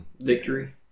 victory